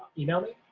email me.